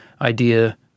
idea